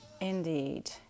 indeed